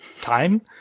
time